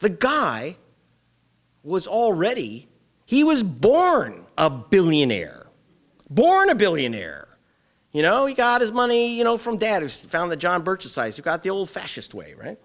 the guy was already he was born a billionaire born a billionaire you know he got his money you know from dad found the john birch society got the old fashioned way right